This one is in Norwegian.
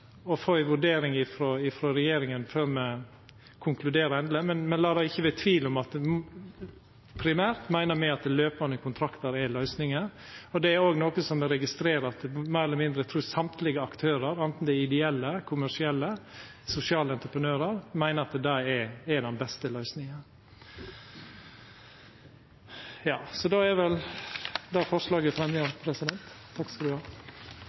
å halda det litt ope og få ei vurdering frå regjeringa før me konkluderer endeleg, men me lèt det ikkje vera tvil om at me primært meiner løpande kontraktar er løysinga. Noko me òg registrerer, er at alle aktørar – meir eller mindre, anten det er ideelle eller kommersielle sosiale entreprenørar – meiner det er den beste løysinga. Eg